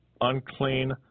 unclean